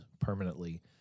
permanently